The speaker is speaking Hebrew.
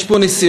יש פה ניסיונות